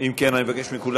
למה?